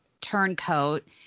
turncoat